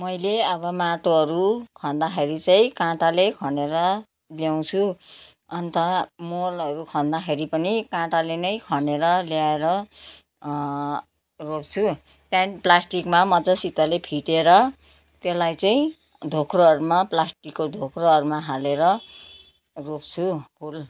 मैले अब माटोहरू खन्दाखेरि चाहिँ काँटाले खनेर ल्याउँछु अन्त मलहरू खन्दाखेरि पनि काँटाले नै खनेर ल्याएर रोप्छु त्यहाँदेखि प्लास्टिकमा मजासितले फिटेर त्यसलाई चाहिँ धोक्रोहरूमा प्लास्टिकको धोक्रोहरूमा हालेर रोप्छु फुल